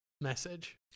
message